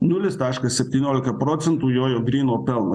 nulis taškas septyniolika procentų jo jau gryno pelno